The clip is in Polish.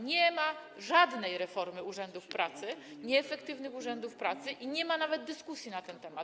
Nie ma żadnej reformy urzędów pracy, nieefektywnych urzędów pracy, i nie ma nawet dyskusji na ten temat.